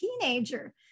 teenager